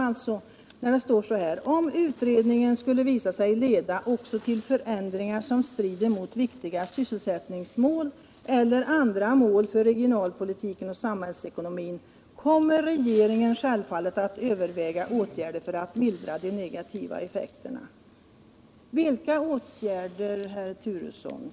Jag syftar på följande uttalande i svaret: ”Om utredningen skulle visa sig leda också till förändringar som strider mot viktiga sysselsättningsmål eller andra mål för regionalpolitiken och samhällsekonomin kommer regeringen självfallet att överväga åtgärder för att mildra de negativa effekterna. Vilka åtgärder avses, herr Turesson?